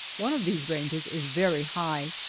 one of these ranges is very high,